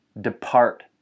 Depart